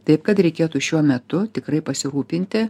taip kad reikėtų šiuo metu tikrai pasirūpinti